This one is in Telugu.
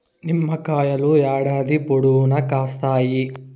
నిమ్మకాయలు ఏడాది పొడవునా కాస్తాయి